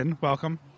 welcome